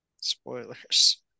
Spoilers